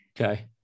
Okay